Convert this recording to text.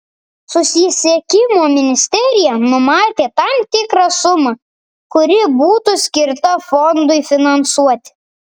susisiekimo ministerija numatė tam tikrą sumą kuri būtų skirta fondui finansuoti